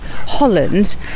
Holland